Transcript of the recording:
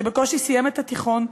שבקושי סיים את התיכון,